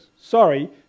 sorry